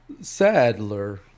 Sadler